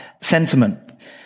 sentiment